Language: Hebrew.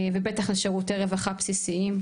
ובטח לשירותי רווחה בסיסיים.